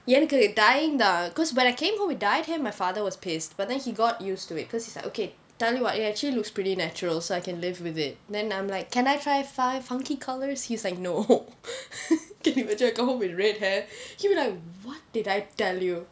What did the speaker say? எனக்கு:enakku dyeing தான்:thaan because when I came home with dyed hair my father was pissed but then he got used to it because he's like okay tell you what it actually looks pretty natural so I can live with it then I'm like can I try five funky colours he's like no can you imagine I come home with red hair he'll be like what did I tell you